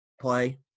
play